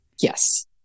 Yes